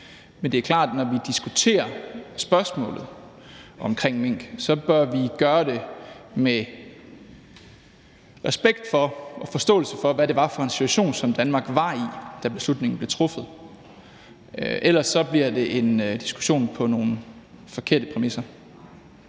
Men det er klart, at når vi diskuterer spørgsmålet omkring mink, bør vi gøre det med respekt for og forståelse for, hvad det var for en situation, som Danmark var i, da beslutningen blev truffet. Ellers bliver det en diskussion på nogle forkerte præmisser.